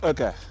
Okay